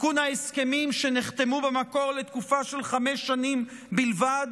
עדכון ההסכמים שנחתמו במקור לתקופה של חמש שנים בלבד